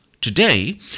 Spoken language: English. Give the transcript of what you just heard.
Today